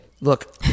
look